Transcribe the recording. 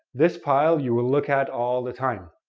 this pile, you will look at all the time.